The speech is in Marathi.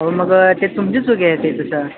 हो मग ते तुमचीच चुकी आहे ते तसं